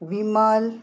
Vimal